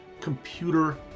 computer